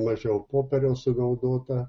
mažiau popieriaus sunaudota